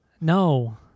No